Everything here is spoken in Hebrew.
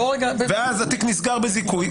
ואז התיק נסגר בזיכוי,